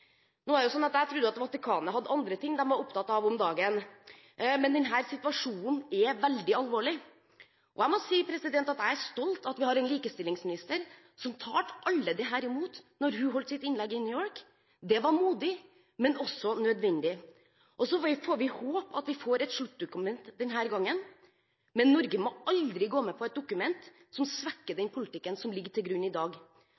at Vatikanet hadde andre ting å være opptatt av om dagen. Denne situasjonen er veldig alvorlig. Jeg må si at jeg er stolt av at vi har en likestillingsminister som talte alle disse imot da hun holdt sitt innlegg i New York. Det var modig, men også nødvendig. Så får vi håpe at vi får et sluttdokument denne gangen, men Norge må aldri gå med på et dokument som svekker den politikken som ligger til grunn i dag.